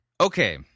Okay